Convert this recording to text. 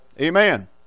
Amen